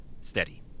steady